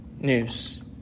news